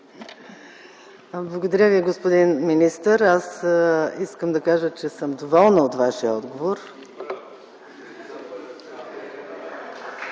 Благодаря Ви, господин министър. Аз искам да кажа, че съм доволна от Вашия отговор